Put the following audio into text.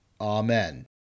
Amen